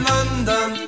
London